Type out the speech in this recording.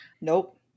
Nope